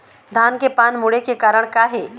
धान के पान मुड़े के कारण का हे?